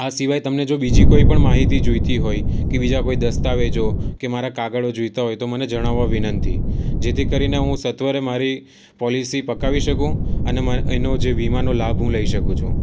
આ સિવાય તમને જો બીજી કોઈ પણ માહિતી જોઈતી હોય કે બીજા કોઈ દસ્તાવેજો કે મારા કાગળો જોઈતા હોય તો મને જણાવવા વિનંતી જેથી કરીને હું સત્વરે મારી પોલિસી પકાવી શકું અને એનો જે વીમાનો લાભ હુ લઈ શકું છું